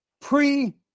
pre-